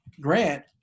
Grant